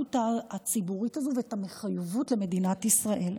המנהיגות הציבורית הזו ואת המחויבות למדינת ישראל.